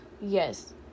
yes